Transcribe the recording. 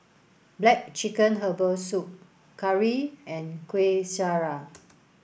black chicken herbal soup curry and Kueh Syara